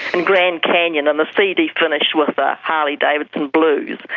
and grand canyon. and the cd finished with the harley-davidson blues.